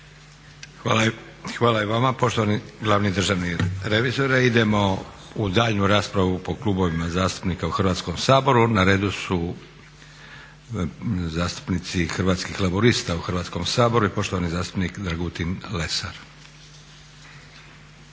Hvala i vama poštovani glavni državni revizore. Idemo u daljnju raspravu po klubovima zastupnika u Hrvatskom saboru. Na redu su zastupnici Hrvatskih laburista u Hrvatskom saboru i poštovani zastupnik Dragutin Lesar.